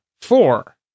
Four